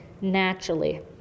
naturally